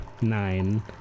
nine